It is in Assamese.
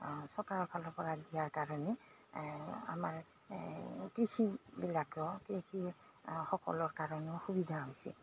চকাৰৰফালৰপৰা দিয়াৰ কাৰণে আমাৰ কৃষিবিলাকো কৃষকসকলৰ কাৰণেও সুবিধা হৈছে